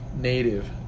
Native